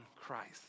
Christ